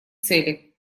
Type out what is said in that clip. цели